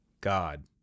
God